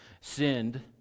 sinned